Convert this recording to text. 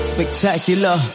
Spectacular